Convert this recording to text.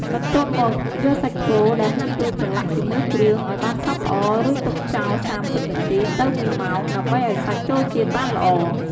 បន្ទាប់មកយកសាច់គោដែលហាន់រួចប្រឡាក់ជាមួយគ្រឿងឱ្យបានសព្វល្អ រួចទុកចោល ៣០ នាទីទៅ ១ ម៉ោង ដើម្បីឱ្យសាច់ចូលជាតិបានល្អ។